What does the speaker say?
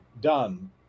done